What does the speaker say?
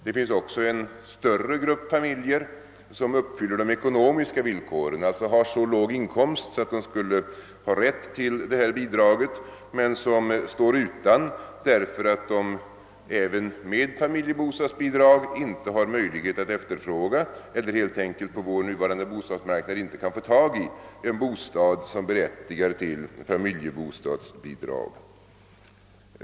Det finns också en större grupp familjer som uppfyller de ekonomiska villkoren — som alltså har så låg inkomst att de skulle ha rätt till dessa bidrag — men som står utan, därför att de även med familjebostadsbidrag inte har möjlighet att efterfråga eller helt enkelt på vår nuvarande bostadsmarknad inte kan få tag i en bostad som berättigar till familjebostadsbidrag.